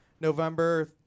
November